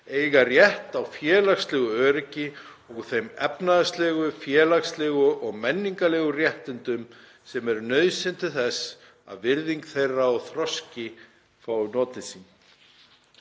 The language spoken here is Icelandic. eiga rétt á félagslegu öryggi og þeim efnahagslegu, félagslegu og menningarlegu réttindum sem eru nauðsynleg til þess að virðing þeirra og þroski fái notið sín.“